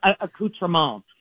accoutrement